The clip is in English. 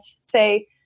say